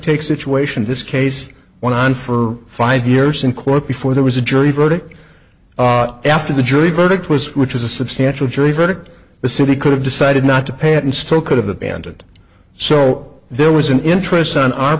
take situation this case went on for five years in court before there was a jury verdict after the jury verdict was which was a substantial jury verdict the city could have decided not to pay and still could have abandoned so there was an interest on our